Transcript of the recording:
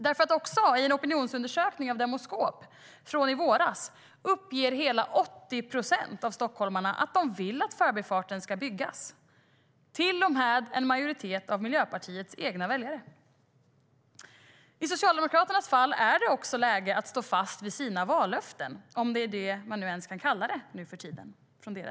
Dessutom: I en opinionsundersökning av Demoskop från i våras uppger hela 80 procent av stockholmarna att de vill att Förbifarten ska byggas, till och med en majoritet av Miljöpartiets egna väljare.I Socialdemokraternas fall är det också läge att stå fast vid sina vallöften, om det är det som de ens kan kalla dem nuförtiden.